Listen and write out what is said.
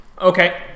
Okay